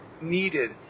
needed